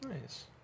Nice